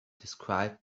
described